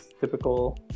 typical